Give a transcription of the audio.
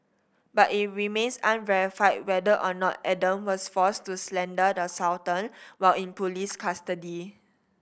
but it remains unverified whether or not Adam was forced to slander the Sultan while in police custody